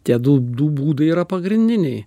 tie du du būdai yra pagrindiniai